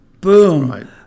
Boom